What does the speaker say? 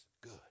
good